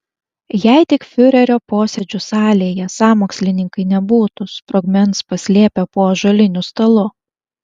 jei tik fiurerio posėdžių salėje sąmokslininkai nebūtų sprogmens paslėpę po ąžuoliniu stalu